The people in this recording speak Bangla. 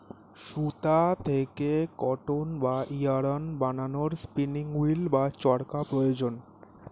সুতা থেকে কটন বা ইয়ারন্ বানানোর স্পিনিং উঈল্ বা চরকা প্রয়োজন